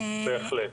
בהחלט.